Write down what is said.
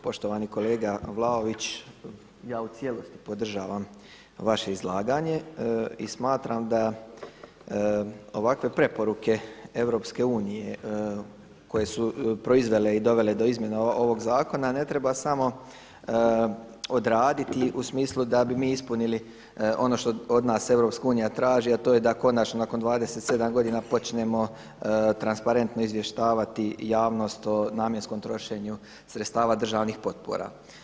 Poštovani kolega Vlaović, ja u cijelosti podržavam vaše izlaganje i smatram da ovakve preporuke EU koje su proizvele i dovele do izmjene ovoga zakona ne treba samo odraditi u smislu da bi mi ispunili ono što od nas EU traži, a to je da konačno nakon 27 godina počnemo transparentno izvještavati javnost o namjenskom trošenju sredstava državnih potpora.